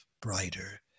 brighter